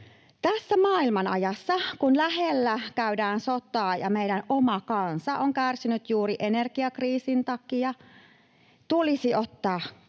Tässä maailmanajassa, kun lähellä käydään sotaa ja meidän oma kansa on kärsinyt juuri energiakriisin takia, tulisi ottaa